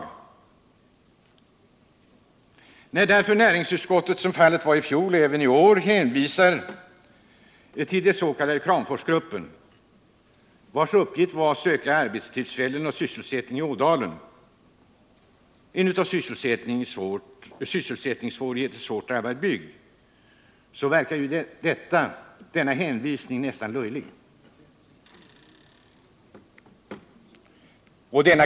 I sådana frågor hänvisar näringsutskottet i år liksom i fjol till den s.k. Kramforsgruppen, vars uppgift var att söka skapa sysselsättning i Ådalen — en av sysselsättningssvårigheter svårt drabbad bygd — och det verkar närmast löjligt.